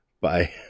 Bye